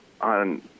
on